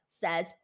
says